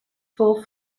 four